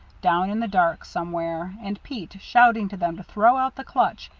down in the dark, somewhere, and pete, shouting to them to throw out the clutch,